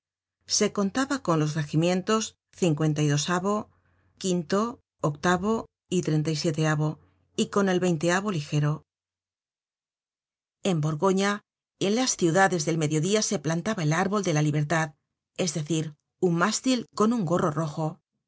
los movimientos de befort de lunneville y de epinal se contaba con los regimientos y con el ligero en borgoña y en las ciudades del mediodía se plantaba el árbol de la libertad es decir un mástil con un gorro rojo